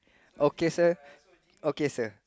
okay sir okay sir